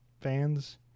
fans